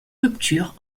rupture